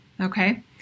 okay